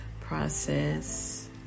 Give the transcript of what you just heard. process